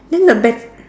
then the bet